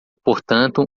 portanto